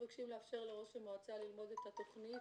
מבקשים לאפשר לראש המועצה ללמוד את התוכנית.